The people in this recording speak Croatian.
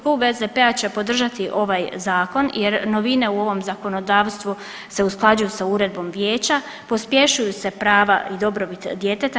Klub SDP-a će podržati ovaj zakon, jer novine u ovom zakonodavstvu se usklađuju sa uredbom Vijeća, pospješuju se prava i dobrobit djeteta.